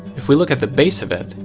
if we look at the base of it,